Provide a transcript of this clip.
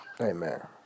Amen